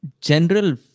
general